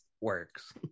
works